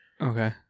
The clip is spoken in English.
okay